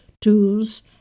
tools